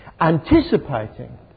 Anticipating